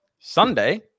sunday